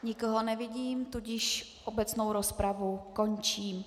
Nikoho nevidím, tudíž obecnou rozpravu končím.